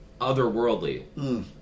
otherworldly